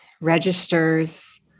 registers